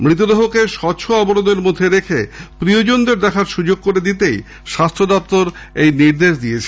মৃতদেহকে স্বচ্ছ আবরণের মধ্যে রেখে প্রিয়জনদের দেখার সুযোগ করে দিতে স্বাস্থ্য দপ্তর নির্দেশ দিয়েছে